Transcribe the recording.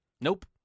nope